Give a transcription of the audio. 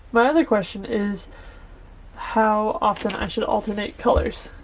my other question is how often i should alternate colors